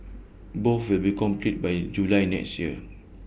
both will be completed by July next year